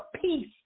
peace